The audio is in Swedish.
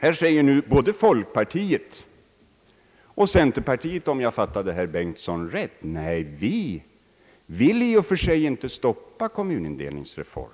Nu säger både folkpartiet och centerpartiet — om jag fattade herr Bengtson rätt — att de i och för sig inte vill stoppa kommunindelningsreformen.